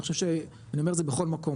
אני חושב שאני אומר זה בכל מקום,